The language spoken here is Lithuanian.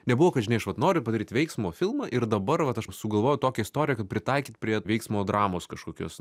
nebuvo kad žinai aš vat noriu padaryt veiksmo filmą ir dabar vat aš sugalvojau tokią istoriją kad pritaikyt prie veiksmo dramos kažkokios